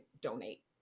donate